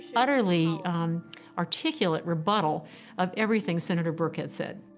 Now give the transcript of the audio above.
utterly articulate rebuttal of everything senator brooke had said.